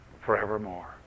forevermore